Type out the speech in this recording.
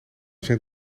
zijn